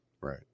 Right